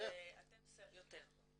אתם יותר.